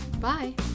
Bye